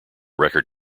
record